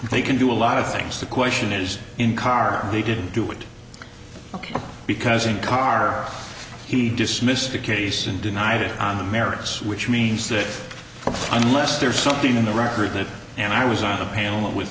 they can do a lot of things the question is in car they didn't do it ok because in car he dismissed the case and denied it on the merits which means that unless there's something in the record that and i was on a panel with